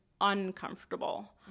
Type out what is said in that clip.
Uncomfortable